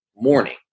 morning